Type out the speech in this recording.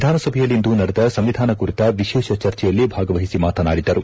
ವಿಧಾನಸಭೆಯಲ್ಲಿಂದು ನಡೆದ ಸಂವಿಧಾನ ಕುರಿತ ವಿಶೇಷ ಚರ್ಚೆಯಲ್ಲಿ ಭಾಗವಹಿಸಿ ಮತಾನಾಡಿದರು